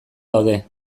daude